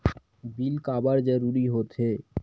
Bill काबर जरूरी होथे?